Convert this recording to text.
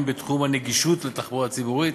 בתחום הנגישות של התחבורה ציבורית,